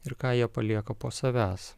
ir ką jie palieka po savęs